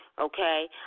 Okay